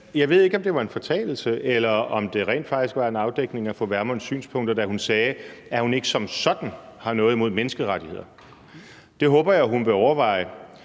Jeg ved ikke, om det var en fortalelse, eller om det rent faktisk var en afdækning af fru Pernille Vermunds synspunkter, da hun sagde, at hun ikke som sådan har noget imod menneskerettigheder. Det håber jeg hun vil overveje.